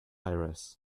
iris